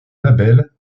label